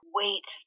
wait